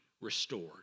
restored